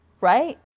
Right